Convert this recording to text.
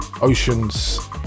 Oceans